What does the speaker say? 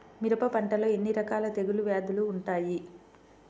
మిరప పంటలో ఎన్ని రకాల తెగులు వ్యాధులు వుంటాయి?